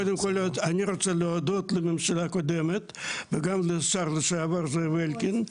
קודם כל אני רוצה להודות לממשלה הקודמת וגם לשר לשעבר זאב אלקין,